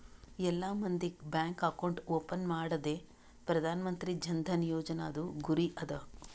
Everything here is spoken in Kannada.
ಎಲ್ಲಾ ಮಂದಿಗ್ ಬ್ಯಾಂಕ್ ಅಕೌಂಟ್ ಓಪನ್ ಮಾಡದೆ ಪ್ರಧಾನ್ ಮಂತ್ರಿ ಜನ್ ಧನ ಯೋಜನಾದು ಗುರಿ ಅದ